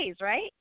right